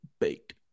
baked